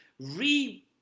re